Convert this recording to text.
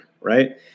right